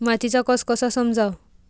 मातीचा कस कसा समजाव?